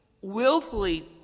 willfully